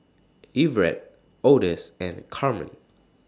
Everet Odus and Carmen